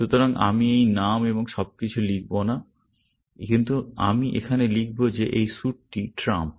সুতরাং আমি এই নাম এবং সবকিছু লিখব না কিন্তু আমি এখানে লিখব যে এই স্যুট টি ট্রাম্প